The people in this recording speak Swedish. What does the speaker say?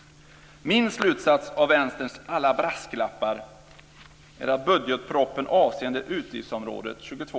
Min slutsats av Vänsterns alla brasklappar är att budgetpropositionen avseende utgiftsområde 22